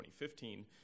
2015